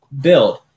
build